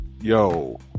yo